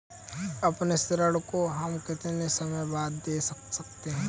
अपने ऋण को हम कितने समय बाद दे सकते हैं?